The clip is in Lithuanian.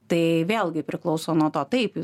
tai vėlgi priklauso nuo to taip